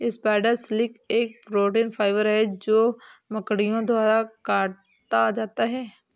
spider silk एक protein fibre है जो मकड़ियों द्वारा काता जाता है